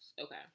okay